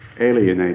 alienated